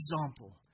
example